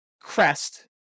crest